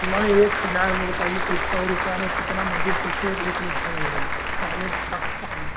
नहीं एक हज़ार में बताइए कैसे सौ रुपये में कितना मंदिर कैसे एक लोग घूम लेंगे सब लोग काक्षा